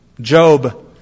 Job